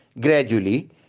Gradually